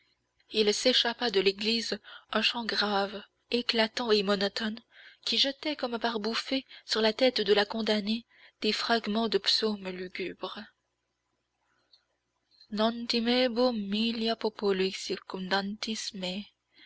il s'échappa de l'église un chant grave éclatant et monotone qui jetait comme par bouffées sur la tête de la condamnée des fragments de psaumes lugubres